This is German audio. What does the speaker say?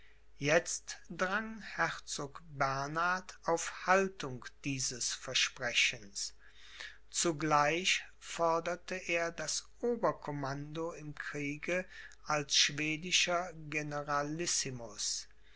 jetzt drang herzog bernhard auf haltung dieses versprechens zugleich forderte er das obercommando im kriege als schwedischer